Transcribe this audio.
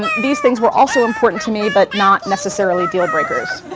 and these things were also important to me but not necessarily deal-breakers.